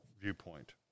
viewpoint